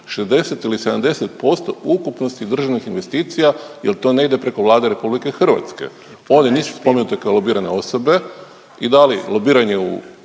60 ili 70% ukupnosti državnih investicija jer to ne ide preko Vlade RH. Oni nisu spomenute kao lobirane osobe i da li lobiranje u